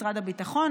משרד הביטחון,